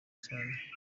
cyane